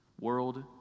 world